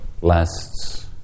lasts